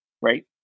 right